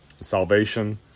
salvation